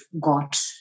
got